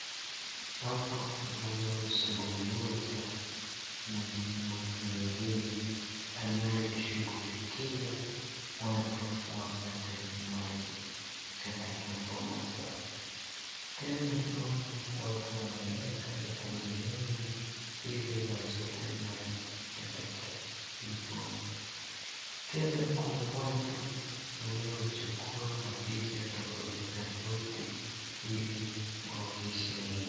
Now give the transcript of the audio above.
Hapa naona mzungu mmoja na mtu mwingine anaye shughulikia watu wapate maji katika boma zao. Tena naona watu wameleta mitungi mingi ili wachote maji katika hii boma. Tena Kuna watu wanao chukua mapicha tofauti tofauti Ili waonyeshe wengine.